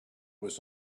was